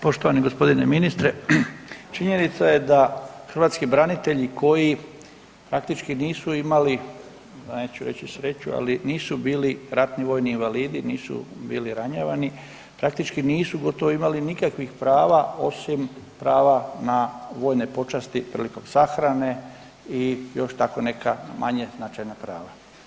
Poštovani gospodine ministre činjenica je da hrvatski branitelji koji praktički nisu imali neću reći sreću ali nisu bili ratni vojni invalidi, nisu bili ranjavani praktički nisu gotovo imali nikakvih prava osim prava na vojne počasti prilikom sahrane i još tako neka manje značajna prava.